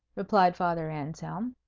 replied father anselm.